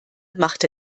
machte